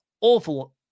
awful